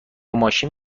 ماشین